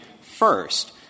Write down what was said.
first